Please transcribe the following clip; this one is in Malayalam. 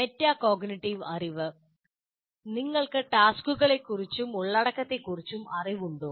മെറ്റാകോഗ്നിറ്റീവ് അറിവ് നിങ്ങൾക്ക് ടാസ്ക്കുകളെക്കുറിച്ചും ഉള്ളടക്കത്തെക്കുറിച്ചും അറിവുണ്ടോ